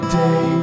day